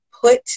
put